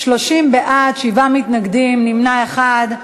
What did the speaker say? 30 בעד, שבעה מתנגדים, נמנע אחד.